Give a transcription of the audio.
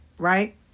Right